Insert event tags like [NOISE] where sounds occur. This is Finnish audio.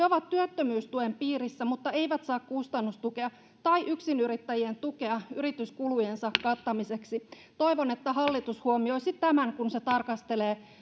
[UNINTELLIGIBLE] ovat työttömyystuen piirissä mutta eivät saa kustannustukea tai yksinyrittäjien tukea yrityskulujensa kattamiseksi toivon että hallitus huomioisi tämän kun se tarkastelee